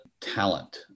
talent